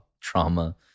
trauma